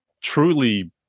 truly